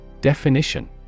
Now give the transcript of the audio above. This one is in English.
definition